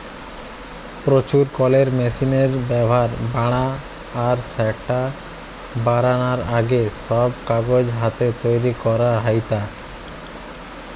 প্রচুর কলের মেশিনের ব্যাভার বাড়া আর স্যাটা বারানার আগে, সব কাগজ হাতে তৈরি করা হেইতা